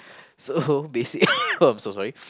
so basic I'm so sorry